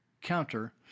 counter